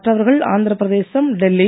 மற்றவர்கள் ஆந்திர பிரதேசம் டெல்லி